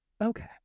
okay